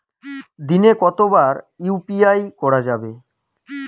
দিনে কতবার ইউ.পি.আই করা যাবে?